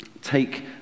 take